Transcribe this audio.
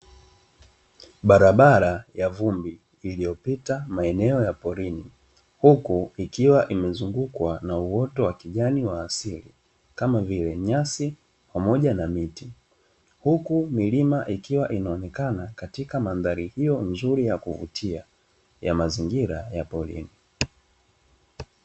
Barabara ya vumbi iliyopita maeneo ya porini, huku ikiwa imezungukwa na uoto wa kijani wa asili, kama vile nyasi pamoja na miti; huku milima ikiwa inaonekana katika mandhari hiyo nzuri ya kuvutia, ya mazingira ya porini.